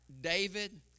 David